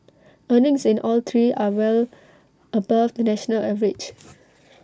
earnings in all three are well above the national average